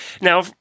Now